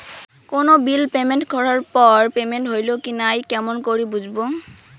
কোনো bill payment করার পর পেমেন্ট হইল কি নাই কেমন করি বুঝবো?